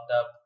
up